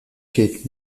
qu’est